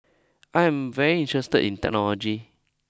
I am very interested in technology